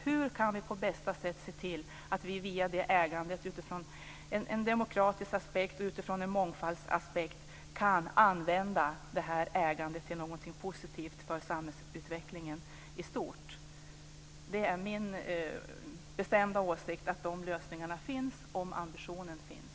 Hur kan vi på bästa sätt se till att vi via detta ägande utifrån en demokratisk aspekt och en mångfaldsaspekt kan använda ägandet till något positivt för samhällsutvecklingen i stort? Det är min bestämda åsikt att dessa lösningar finns om ambitionen finns.